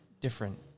different